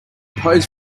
posing